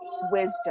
wisdom